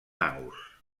naus